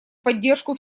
поддержку